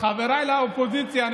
חבריי לאופוזיציה,